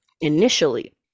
initially